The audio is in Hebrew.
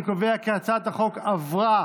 אני קובע כי הצעת החוק עברה